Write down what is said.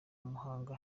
muhanga